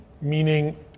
meaning